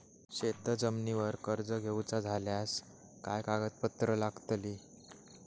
शेत जमिनीवर कर्ज घेऊचा झाल्यास काय कागदपत्र लागतली?